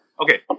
Okay